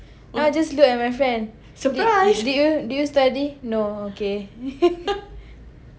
then I just look at my friends did you did you study no okay